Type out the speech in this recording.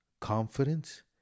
confidence